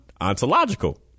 ontological